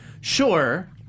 Sure